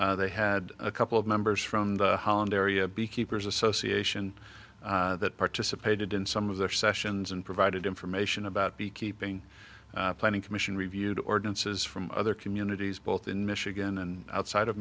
honeybees they had a couple of members from the holland area beekeepers association that participated in some of their sessions and provided information about beekeeping planning commission reviewed ordinances from other communities both in michigan and outside of